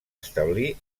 establir